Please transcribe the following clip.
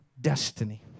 destiny